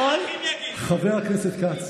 חבר הכנסת כץ,